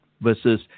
versus